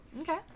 Okay